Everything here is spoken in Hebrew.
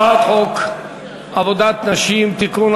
הצעת חוק עבודת נשים (תיקון,